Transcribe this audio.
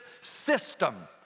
system